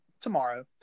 Tomorrow